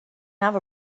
have